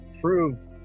proved